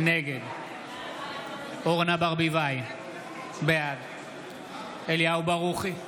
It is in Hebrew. נגד אורנה ברביבאי, בעד אליהו ברוכי,